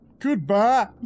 Goodbye